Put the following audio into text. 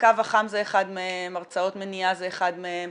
הקו החם זה אחד מהם, הרצאות מניעה זה אחד מהם.